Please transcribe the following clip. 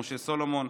משה סולומון,